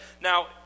Now